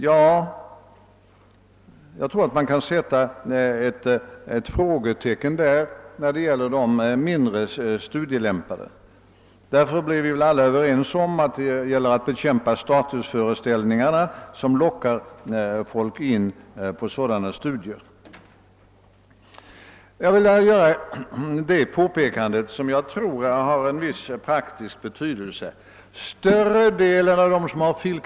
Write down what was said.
Jag tror alt man kan sätta ett frågetecken när det gäller de mindre studielämpade. Därför bör vi väl alla bli överens om att man bör bekämpa statusföreställningar som lockar folk in på sådana studier. Jag vill här göra ett påpekande som jag tror har en stor praktisk betydelse. Större delen av dem som har fil.